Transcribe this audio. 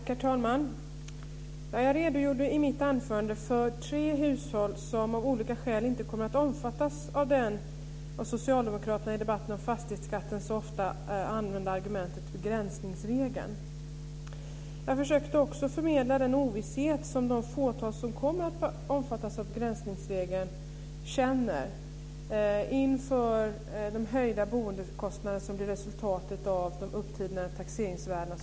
Herr talman! Jag redogjorde i mitt anförande för tre hushåll som av olika skäl inte kommer att omfattas av det av socialdemokraterna i debatten om fastighetsskatten så ofta använda argumentet begränsningsregeln. Jag försökte också förmedla den ovisshet som det fåtal som kommer att omfattas av begränsningsregeln känner inför de höjda boendekostnader som blir resultatet av de upptinade taxeringsvärdena.